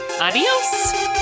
Adios